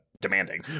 demanding